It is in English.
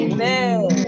Amen